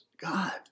God